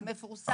זה מפורסם.